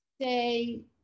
say